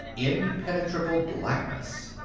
impenetrable blackness.